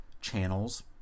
channels